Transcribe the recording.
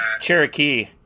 Cherokee